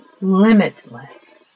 limitless